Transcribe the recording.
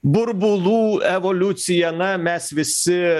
burbulų evoliucija na mes visi